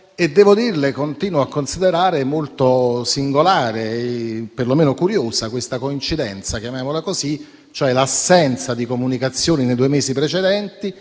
Devo dirle che continuo a considerare molto singolare, o perlomeno curiosa, questa coincidenza - chiamiamola così - e cioè l'assenza di comunicazioni nei due mesi precedenti